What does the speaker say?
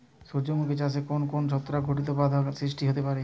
সূর্যমুখী চাষে কোন কোন ছত্রাক ঘটিত বাধা সৃষ্টি হতে পারে?